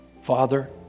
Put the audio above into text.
Father